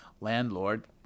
landlord